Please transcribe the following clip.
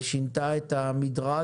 ושינתה את המדרג.